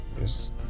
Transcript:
yes